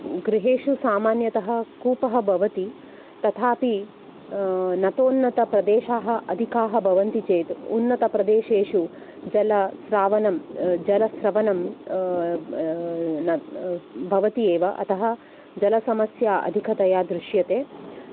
गृहेषु सामान्यतः कूपः भवति तथापि नतोन्नतप्रदेशाः अधिकाः भवन्ति चेत् उन्नतप्रदेशेषु जलस्रवणं जलस्रवणं न भवति एव अतः जलसमस्या अधिकतया दृश्यते